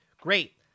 Great